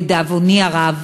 לדאבוני הרב,